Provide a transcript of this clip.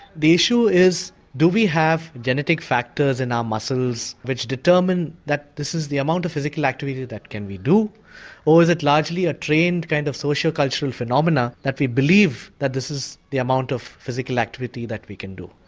the issue is do we have genetic factors in our muscles which determine that this is the amount of physical activity that we can do or is it largely a trained kind of social cultural phenomenon that we believe that this is the amount of physical activity that we can do.